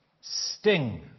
sting